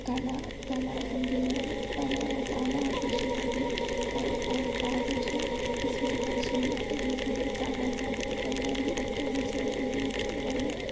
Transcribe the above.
കലാ കലാസന്ധ്യകളും പല പല ആഘോഷങ്ങളിലും ആകാശ വിസ്മയ കാഴ്ചകളിലേക്കും നമുക്ക് ഇതിൽ കാണാൻ സാധിക്കും എല്ലാവരും ഒറ്റമനസ്സോടെ ഒരുമിച്ചു വന്ന്